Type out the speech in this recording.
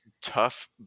tough